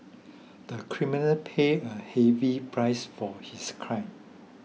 the criminal paid a heavy price for his crime